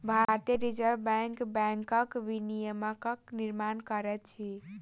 भारतीय reserve bank बैंकक विनियमक निर्माण करैत अछि